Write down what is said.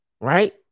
Right